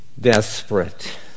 desperate